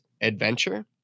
adventure